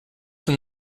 from